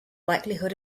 likelihood